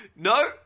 No